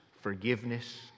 forgiveness